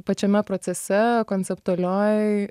pačiame procese konceptualioj